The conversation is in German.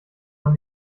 man